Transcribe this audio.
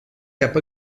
cap